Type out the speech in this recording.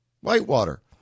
Whitewater